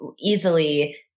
easily